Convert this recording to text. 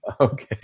Okay